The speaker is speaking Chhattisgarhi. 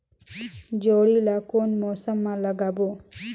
जोणी ला कोन मौसम मा लगाबो?